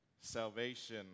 salvation